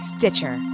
Stitcher